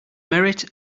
merit